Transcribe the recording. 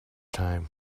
time